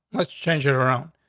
let's change it around.